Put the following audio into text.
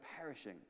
perishing